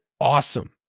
awesome